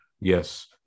Yes